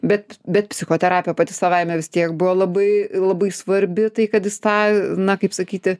bet bet psichoterapija pati savaime vis tiek buvo labai labai svarbi tai kad jis tą na kaip sakyti